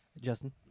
Justin